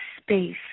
space